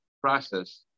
process